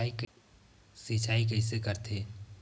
सिंचाई कइसे करथे?